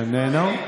איננו,